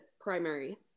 primary